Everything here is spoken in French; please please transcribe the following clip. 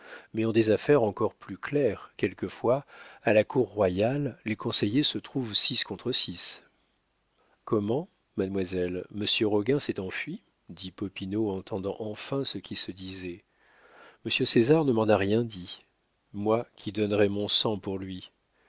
mais en des affaires encore plus claires quelquefois à la cour royale les conseillers se trouvent six contre six comment mademoiselle monsieur roguin s'est enfui dit popinot entendant enfin ce qui se disait monsieur césar ne m'en a rien dit moi qui donnerais mon sang pour lui